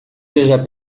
viajar